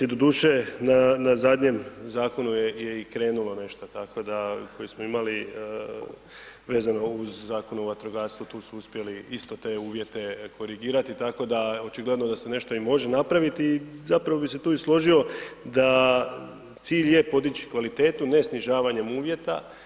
Doduše na zadnjem zakonu je i krenulo nešto tako da koji smo imali vezano uz Zakon o vatrogastvu tu su uspjeli isto te uvjete korigirati, tako da očigledno da se nešto i može napraviti i zapravo bi se tu i složio da cilj je podići kvalitetu, ne snižavanjem uvjeta.